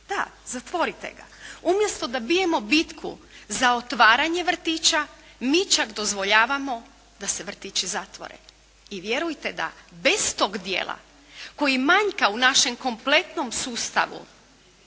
Da, zatvorite ga. Umjesto da bijemo bitku za otvaranje vrtića, mi čak dozvoljavamo da se vrtići zatvore i vjerujte da bez tog dijela koji manjka u našem kompletnom sustavu